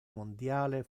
mondiale